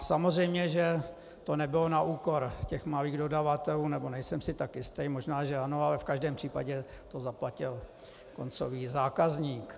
Samozřejmě že to nebylo na úkor malých dodavatelů, nebo nejsem si tak jist, možná že ano, ale v každém případě to zaplatil koncový zákazník.